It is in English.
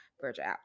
Virgil